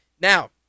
Now